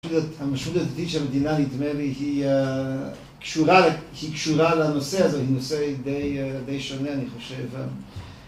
המשמעות הדתית שהמדינה נדמה לי היא קשורה לנושא הזה, היא נושא די שונה, אני חושב.